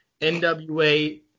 NWA